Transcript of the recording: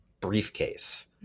briefcase